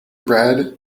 brad